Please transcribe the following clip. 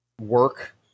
work